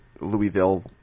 Louisville